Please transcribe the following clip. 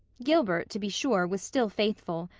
gilbert, to be sure, was still faithful,